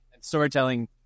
storytelling